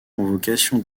convocation